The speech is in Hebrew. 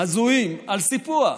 הזויים על סיפוח.